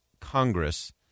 Congress